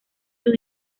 sus